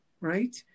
right